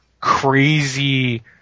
crazy